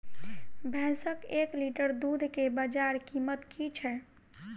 भैंसक एक लीटर दुध केँ बजार कीमत की छै?